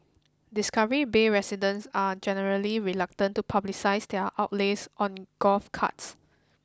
Discovery Bay residents are generally reluctant to publicise their outlays on golf carts